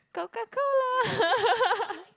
Coca Cola